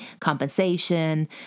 compensation